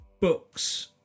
books